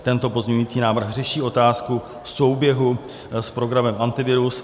Tento pozměňovací návrh řeší otázku souběhu s programem Antivirus.